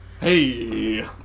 Hey